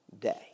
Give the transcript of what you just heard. day